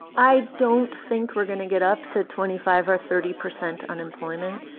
i don't think we're going to get up to twenty five or thirty percent unemployment.